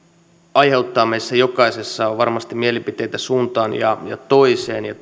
aiheuttaa meissä jokaisessa varmasti mielipiteitä suuntaan ja toiseen ja